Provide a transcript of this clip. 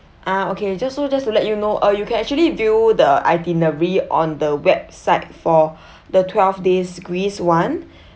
uh okay just so just to let you know uh you can actually view the itinerary on the website for the twelve days greece one